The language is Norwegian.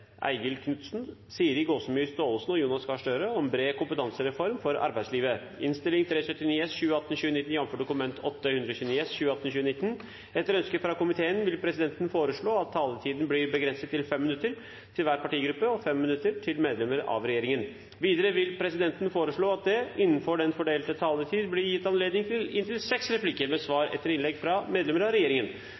helse og miljø i grenseområdene. Flere har ikke bedt om ordet til sak nr. 4. Etter ønske fra kontroll- og konstitusjonskomiteen vil presidenten foreslå at taletiden blir begrenset til 5 minutter til hver partigruppe og 5 minutter til medlemmer av regjeringen. Videre vil presidenten foreslå at det innenfor den fordelte taletid blir gitt anledning til inntil seks replikker med svar etter innlegg fra medlemmer av regjeringen,